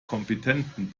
kompetenten